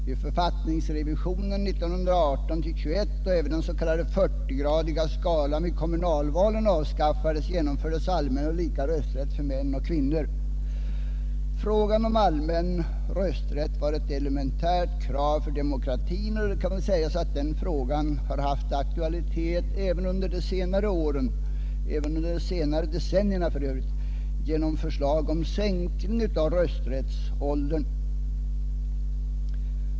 Vid författningsrevisionen 1918-1921, då även den s.k. 40-gradiga skalan vid kommunalvalen avskaffades, genomfördes allmän och lika rösträtt för män och kvinnor. Frågan om allmän rösträtt var ett elementärt krav för demokratin, och det kan väl sägas att denna fråga haft aktualitet även under senare decennier genom förslag om sänkning av rösträttsåldern.